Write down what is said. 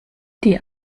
die